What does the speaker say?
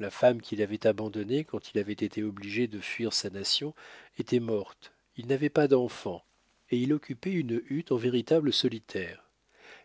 la femme qu'il avait abandonnée quand il avait été obligé de fuir sa nation était morte il n'avait pas d'enfants et il occupait une hutte en véritable solitaire